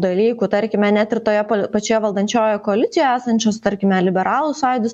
dalykų tarkime net ir toje pačioje valdančiojoje koalicijoje esančios tarkime liberalų sąjūdis